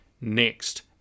Next